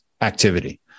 activity